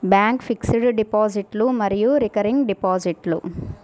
bank fixed డిపాజిట్లు మరియు recurring డిపాజిట్లు